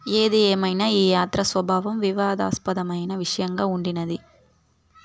ఏది ఏమైనా ఈ యాత్ర స్వభావం వివాదాస్పదమైన విషయంగా ఉండినది